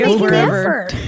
wherever